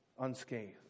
unscathed